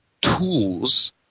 tools